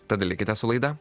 tada likite su laida